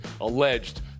alleged